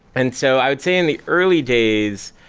and so i would say in the early days,